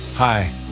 Hi